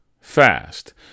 fast